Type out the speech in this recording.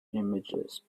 images